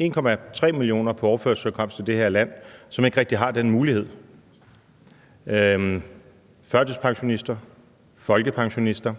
1,3 millioner på overførselsindkomst i det her land, som ikke rigtig har den mulighed: førtidspensionister, folkepensionister,